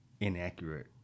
inaccurate